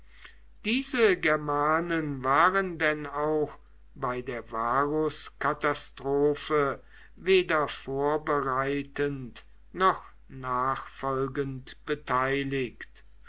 diese germanen waren denn auch bei der varuskatastrophe weder vorbereitend noch nachfolgend beteiligt